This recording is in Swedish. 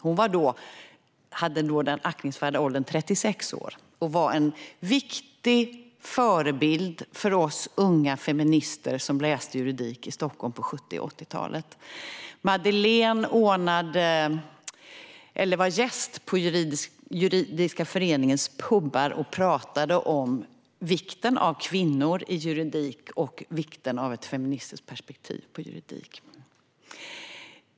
Hon hade då den aktningsvärda åldern 36 år och var en viktig förebild för oss unga feminister som läste juridik i Stockholm på 1970 och 1980-talen. Madeleine var gäst på Juridiska föreningens pubar och pratade om vikten av kvinnor i juridiken och vikten av ett feministiskt perspektiv på juridik.